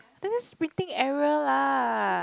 then that's printing error lah